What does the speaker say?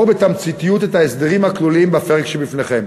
בתמציתיות את ההסדרים הכלולים בפרק שבפניכם: